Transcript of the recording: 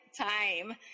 time